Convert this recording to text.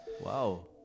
Wow